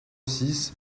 six